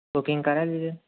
booking કરાવી દેજો ને